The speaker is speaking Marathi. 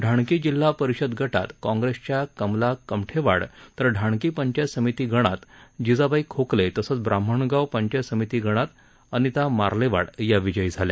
ढाणकी जिल्हा परिषद गटात काँग्रेसच्या कमला कमठेवाड तर ढाणकी पंचायत समिती गणात जिजाबाई खोकले तसंच ब्राम्हणगाव पंचायत समिती गणात अनिता मार्लेवाड या विजयी झाल्या